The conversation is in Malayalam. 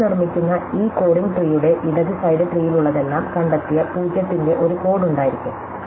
നമ്മൾ നിർമ്മിക്കുന്ന ഈ കോഡിംഗ് ട്രീയുടെ ഇടത് സൈഡ് ട്രീയിലുള്ളതെല്ലാം കണ്ടെത്തിയ 0 ത്തിന്റെ ഒരു കോഡ് ഉണ്ടായിരിക്കും